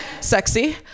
sexy